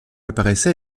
apparaissent